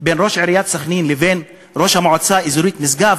בין ראש עיריית סח'נין לבין ראש המועצה האזורית משגב,